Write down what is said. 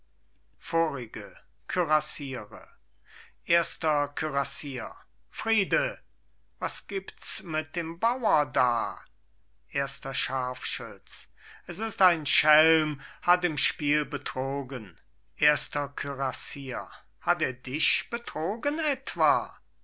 vorige kürassiere erster kürassier friede was gibts mit dem bauer da erster scharfschütz s ist ein schelm hat im spiel betrogen erster kürassier hat er dich betrogen etwa